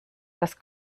das